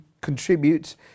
contribute